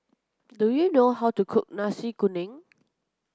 do you know how to cook Nasi Kuning